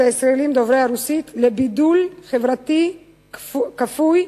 הישראלים דוברי הרוסית לבידול חברתי כפוי,